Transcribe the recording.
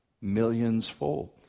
millions-fold